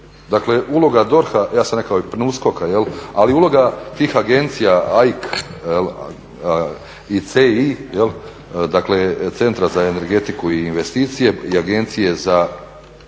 Dakle uloga DORH-a, ja sam rekao PNUSKOK-a ali uloga tih agencija AIK i CEI dakle Centra za energetiku i investicije i Agencije za